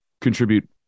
contribute